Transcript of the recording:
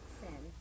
sin